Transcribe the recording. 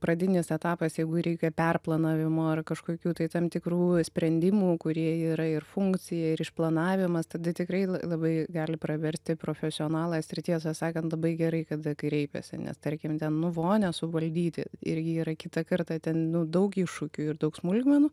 pradinis etapas jeigu reikia perplanavimo ar kažkokių tai tam tikrų sprendimų kurie yra ir funkcija ir išplanavimas tada tikrai l labai gali praverti profesionalas ir tiesą sakant labai gerai kad kreipiasi nes tarkim ten nu vonią suvaldyti irgi yra kitą kartą ten nu daug iššūkių ir daug smulkmenų